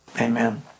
Amen